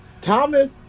Thomas